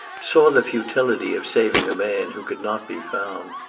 saw the futility of saving a man who could not be found.